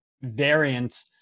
variant